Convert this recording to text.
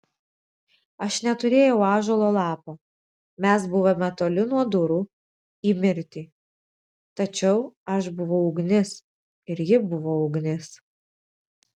aš neturėjau ąžuolo lapo mes buvome toli nuo durų į mirtį tačiau aš buvau ugnis ir ji buvo ugnis